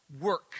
work